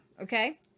Okay